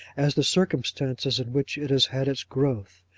as the circumstances in which it has had its growth,